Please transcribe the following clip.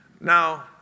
Now